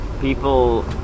people